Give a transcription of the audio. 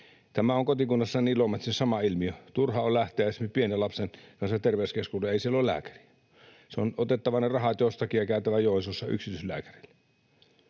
Tämä on kotikunnassani Ilomantsissa sama ilmiö: Turha on lähteä esimerkiksi pienen lapsen kanssa terveyskeskukseen, ei siellä ole lääkäriä. On otettava ne rahat jostakin ja käytävä Joensuussa yksityislääkärillä.